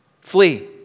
Flee